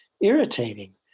irritating